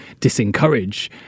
disencourage